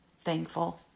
thankful